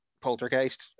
poltergeist